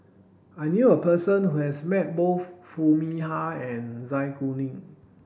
I knew a person who has met both Foo Mee Har and Zai Kuning